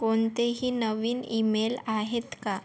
कोणतेही नवीन ईमेल आहेत का